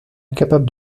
incapable